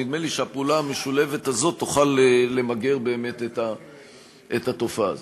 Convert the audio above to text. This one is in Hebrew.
נדמה לי שהפעולה המשולבת הזאת תוכל למגר באמת את התופעה הזאת.